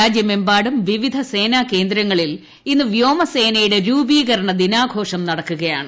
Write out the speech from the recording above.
രാജ്യമെമ്പാടും വിവിധ സേനാകേന്ദ്രങ്ങളിൽ ഇന്ന് വ്യോമസേനയുടെ രൂപീകരണ ദിനാഘോഷം നടക്കുകയാണ്